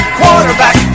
quarterback